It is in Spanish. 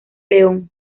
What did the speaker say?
león